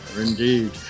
Indeed